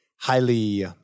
highly